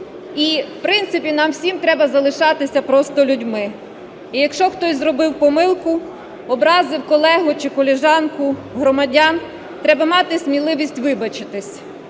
І в принципі нам всім треба залишатися просто людьми. І якщо хтось зробив помилку, образив колегу чи колежанку, громадян, треба мати сміливість вибачитись,